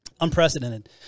unprecedented